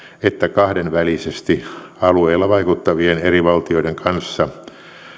että kahdenvälisesti alueella vaikuttavien eri valtioiden kanssa